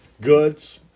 goods